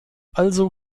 also